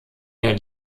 der